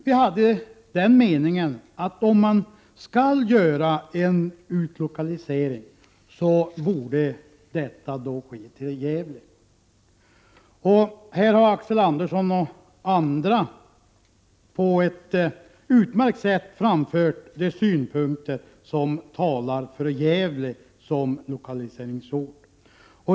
Vi hade den meningen att om man skall utlokalisera verket borde det ske till Gävle. Axel Andersson och andra har på ett utmärkt sätt framfört de skäl som talar för Gävle som lokaliseringsort.